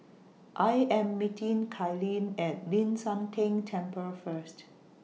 I Am meeting Kalene At Ling San Teng Temple First